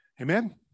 Amen